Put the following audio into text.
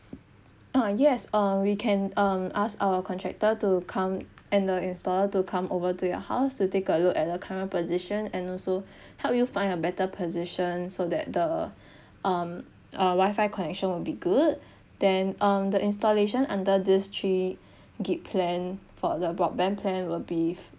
uh yes uh we can um ask our contractor to come and the installer to come over to your house to take a look at the current position and also help you find a better position so that the um uh wifi connection will be good then um the installation under this three G_B plan for the broadband plan will be